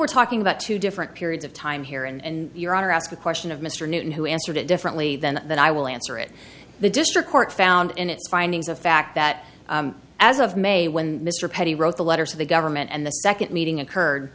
we're talking about two different periods of time here and your honor asked the question of mr newton who answered it differently than that i will answer it the district court found in its findings of fact that as of may when mr petit wrote the letters of the government and the second meeting occurred